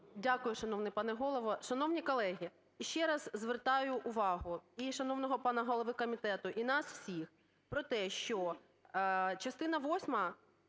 Дякую, шановний пане Голово. Шановні колеги, ще раз звертаю увагу і шановного пана голови комітету, і нас всіх про те, що частина восьма